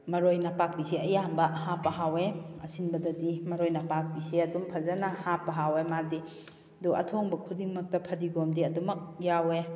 ꯃꯔꯣꯏ ꯅꯄꯥꯛꯄꯤꯁꯦ ꯑꯌꯥꯝꯕ ꯍꯥꯞꯄ ꯍꯥꯥꯎꯋꯦ ꯑꯁꯤꯟꯕꯗꯗꯤ ꯃꯔꯣꯏ ꯅꯄꯥꯛꯄꯤꯁꯦ ꯑꯗꯨꯝ ꯐꯖꯅ ꯍꯥꯞꯄ ꯍꯥꯎꯋꯦ ꯃꯥꯗꯤ ꯑꯗꯣ ꯑꯊꯣꯡꯕ ꯈꯨꯗꯤꯡꯃꯛꯇ ꯐꯗꯤꯒꯣꯝꯗꯤ ꯑꯗꯨꯃꯛ ꯌꯥꯎꯋꯦ